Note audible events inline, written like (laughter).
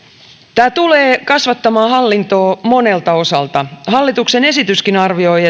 tämä tulee kasvattamaan hallintoa monelta osalta hallituksen esityskin arvioi (unintelligible)